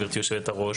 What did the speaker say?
גבירתי יושבת-הראש.